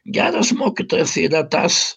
geras mokytojas yra tas